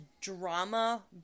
drama